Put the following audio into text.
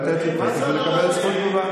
לתת לי פתק ולקבל זכות תגובה.